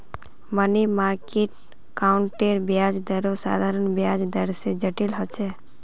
money market अकाउंटेर ब्याज दरो साधारण ब्याज दर से जटिल होचे